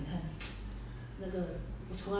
you torture the dog for four months already